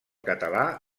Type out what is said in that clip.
català